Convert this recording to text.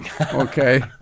Okay